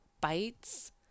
bites